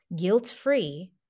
guilt-free